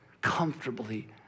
comfortably